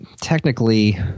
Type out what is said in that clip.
technically –